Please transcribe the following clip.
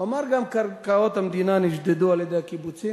הוא אמר גם שקרקעות המדינה נשדדו על-ידי הקיבוצים.